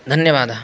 धन्यवादः